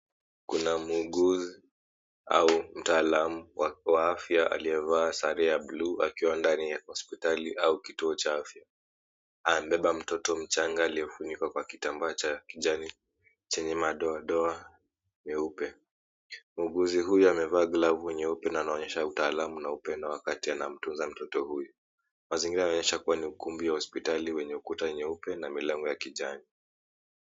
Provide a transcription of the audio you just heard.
Kuna muuguzi au mtaalamu wa afya aliyevaa sare ya buluu akiwa ndani ya hospitali au kituo cha afya, anabeba mtoto mchanga aliyefunikwa kwa kitambaa cha kijani chenye madoadoa meupe. Muuguzi huyu amevaa glavu nyeupe na anaonyesha utaalamu na upendo wakati anamtunza mtoto huyu. Mazingira yanaonyesha kuwa ni ukumbi wa hospitali wenye ukuta nyeupe na milango ya kijani.